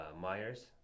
Myers